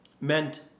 meant